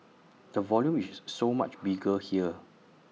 the volume is so much bigger here